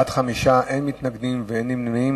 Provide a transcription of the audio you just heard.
בעד, 5, אין מתנגדים ואין נמנעים.